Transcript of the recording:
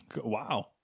Wow